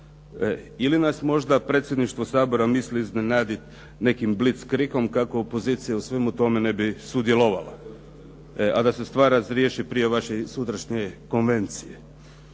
Ili nas možda predsjedništvo Sabora misli iznenaditi nekim blic krikom kako opozicija u svemu tome ne bi sudjelovala a da se stvar razriješi prije vaše sutrašnje konvencije.